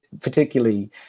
particularly